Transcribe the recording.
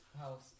house